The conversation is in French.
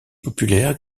populaire